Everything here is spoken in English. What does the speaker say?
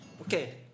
Okay